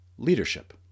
Leadership